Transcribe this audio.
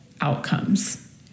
outcomes